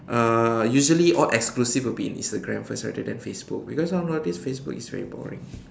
uh usually all exclusive will be in Instagram first rather than Facebook because now nowadays Facebook is very boring